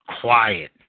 quiet